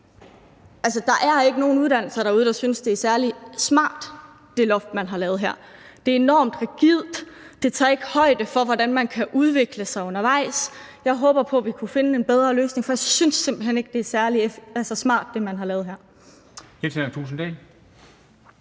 der er ikke nogen ved de uddannelser derude, der synes, at det loft, man har lavet her, er særlig smart. Det er enormt rigidt; det tager ikke højde for, hvordan man kan udvikle sig undervejs. Jeg håber på, at vi kan finde en bedre løsning, for jeg synes simpelt hen ikke, at det, man har lavet her,